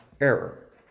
error